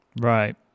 Right